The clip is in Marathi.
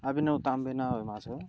अभिनव तांबे नाव आहे माझं